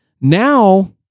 Now